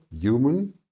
human